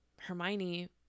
Hermione